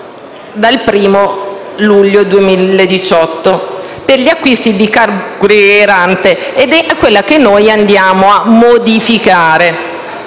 dal 1° luglio 2018, per gli acquisti di carburante ed è questa la norma che andiamo a modificare.